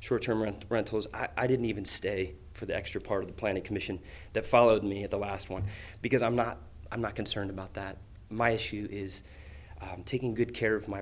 short term rent rentals i didn't even stay for the extra part of the planning commission that followed me at the last one because i'm not i'm not concerned about that my issue is taking good care of my